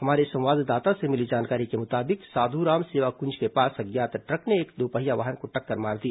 हमारे संवाददाता से मिली जानकारी के मुताबिक साधुराम सेवाकुंज के पास अज्ञात ट्रक ने एक दोपहिया वाहन को टक्कर मार दी